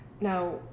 Now